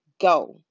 go